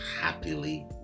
happily